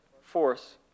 force